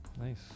Nice